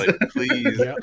Please